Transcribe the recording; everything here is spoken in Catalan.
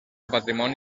patrimoni